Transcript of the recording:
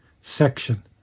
section